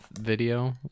video